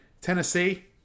Tennessee